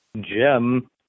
Jim